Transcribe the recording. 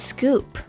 Scoop